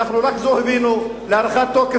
אני חושב שאנחנו הבאנו רק את זאת להארכת תוקף,